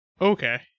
Okay